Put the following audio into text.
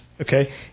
Okay